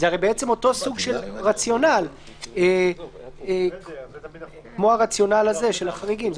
זה הרי אותו סוג רציונל כמו הרציונל הזה של החריגים.